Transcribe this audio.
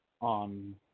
on